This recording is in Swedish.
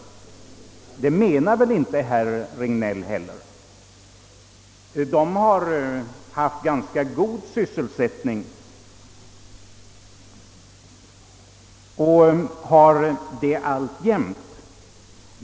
Och det menar väl inte herr Regnéll heller. Krigsindustrien har haft ganska god sysselsättning och har det alltjämt.